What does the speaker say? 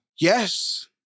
Yes